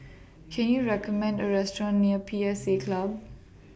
Can YOU recommend A Restaurant near P S A Club